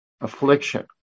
affliction